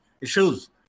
issues